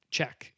Check